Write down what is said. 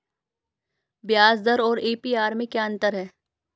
ब्याज दर और ए.पी.आर में क्या अंतर है?